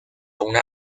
una